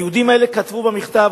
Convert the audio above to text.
היהודים האלה כתבו מכתב,